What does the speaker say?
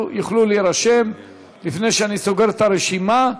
יוכלו להירשם לפני שאני סוגר את הרשימה.